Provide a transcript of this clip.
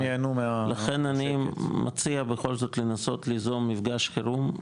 לכן אני מציע בכל זאת לנסות ליזום מפגש חירום,